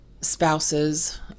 spouses